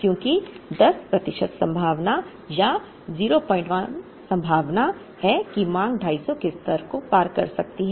क्योंकि 10 प्रतिशत संभावना या 01 संभावना है कि मांग 250 के स्तर को पार कर सकती है